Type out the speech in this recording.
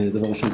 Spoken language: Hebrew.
דבר ראשון,